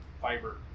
fiber